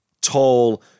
tall